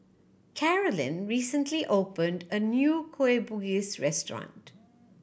Carolynn recently opened a new Kueh Bugis restaurant